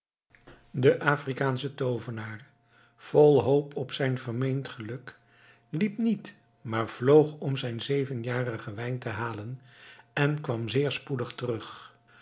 de afrikaansche toovenaar vol hoop op zijn vermeend geluk liep niet maar vloog om zijn zevenjarigen wijn te halen en kwam zeer spoedig terug